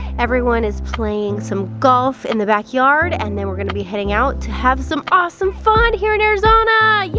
everyone is playing some golf in the backyard and then we're gonna be heading out to have some awesome fun here in arizona, yeah